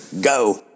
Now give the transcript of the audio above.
Go